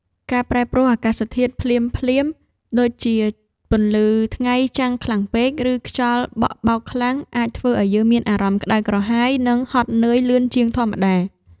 ការប្រែប្រួលអាកាសធាតុភ្លាមៗ ដូចជាពន្លឺថ្ងៃចាំងខ្លាំងពេក ឬខ្យល់បក់បោកខ្លាំង អាចធ្វើឱ្យយើងមានអារម្មណ៍ក្តៅក្រហាយ និងហត់នឿយលឿនជាងធម្មតា។